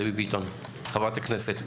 בבקשה, דבי ביטון, חברת הכנסת.